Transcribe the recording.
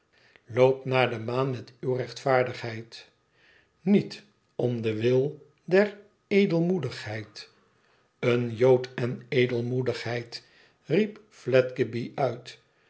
loop naar de maan met uwe rechtvaardigheid niet om den wil der edelmoedigheid een jood en edelmoedigheid riep fledgeby uit